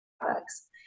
products